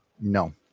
No